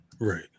right